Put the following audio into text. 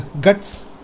guts